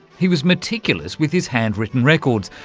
he was meticulous with his hand-written records,